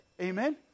Amen